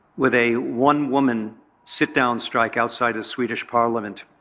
with a one-woman sit-down strike outside the swedish parliament.